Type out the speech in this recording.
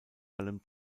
allem